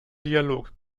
dialog